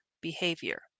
behavior